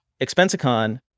ExpenseCon